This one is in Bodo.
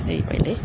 थैबायलै